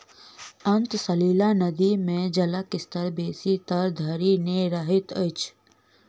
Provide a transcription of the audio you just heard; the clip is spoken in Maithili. अंतः सलीला नदी मे जलक स्तर बेसी तर धरि नै रहैत अछि